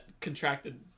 contracted